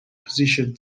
position